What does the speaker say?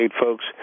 folks